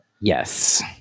Yes